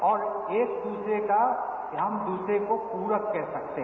और एक दूसरे का हम एक दूसरे का पूरक कह सकते हैं